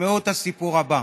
שמעו את הסיפור הבא.